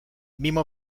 mimo